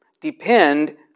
depend